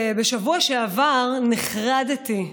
בשבוע שעבר נחרדתי,